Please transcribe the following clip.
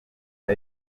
abo